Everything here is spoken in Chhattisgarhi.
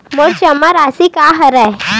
मोर जमा राशि का हरय?